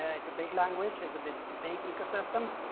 ah it's a big language. it's a big big ecosystem.